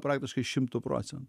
praktiškai šimtu procentų